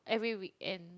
every weekend